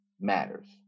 matters